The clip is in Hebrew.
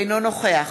אינו נוכח